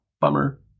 Bummer